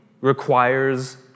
requires